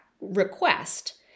request